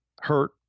hurt